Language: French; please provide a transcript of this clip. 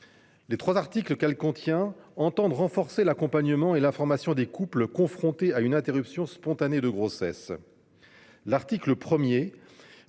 Les trois articles qu'elle contient entendent renforcer l'accompagnement et l'information des couples confrontés à une interruption spontanée de grossesse. L'article 1